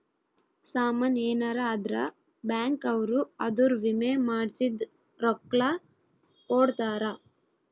ಸಾಮನ್ ಯೆನರ ಅದ್ರ ಬ್ಯಾಂಕ್ ಅವ್ರು ಅದುರ್ ವಿಮೆ ಮಾಡ್ಸಿದ್ ರೊಕ್ಲ ಕೋಡ್ತಾರ